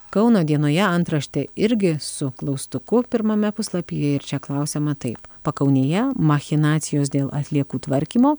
kauno dienoje antraštė irgi su klaustuku pirmame puslapyje ir čia klausiama taip pakaunėje machinacijos dėl atliekų tvarkymo